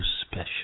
special